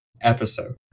episode